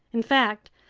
in fact,